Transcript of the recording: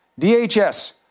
DHS